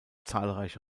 zahlreiche